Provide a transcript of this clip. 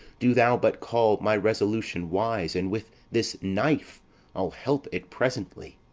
do thou but call my resolution wise and with this knife i'll help it presently.